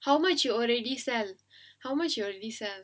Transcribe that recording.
how much you're already sell how much you already sell